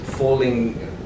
Falling